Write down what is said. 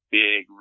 big